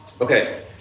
Okay